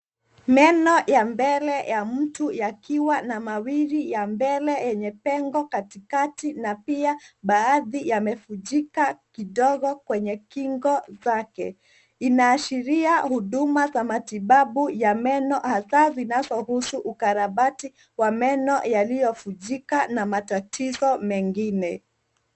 Meno ya mbele ya mtu yakiwa na mawili ya mbele yenye pengo katikati na pia na baadhi yamevunjika kidogo kwenye kingo zake. Inaashiria huduma za matibabu ya meno hasa zinazohusu ukarabati ya meno yaliyovunjika na matatizo mengine.